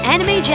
Anime